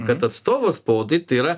kad atstovas spaudai tai yra